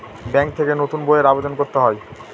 bank থেকে নতুন বইয়ের আবেদন করতে হয়